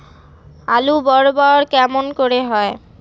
আলু বড় বড় কেমন করে হয়?